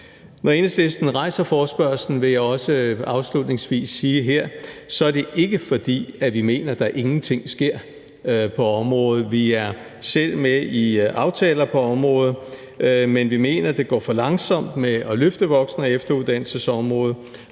Når Enhedslisten stiller forespørgslen – vil jeg også afslutningsvis sige her – er det ikke, fordi vi mener, at der ingenting sker på området. Vi er selv med i aftaler på området, men vi mener, det går for langsomt med at løfte voksen- og efteruddannelsesområdet,